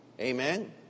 Amen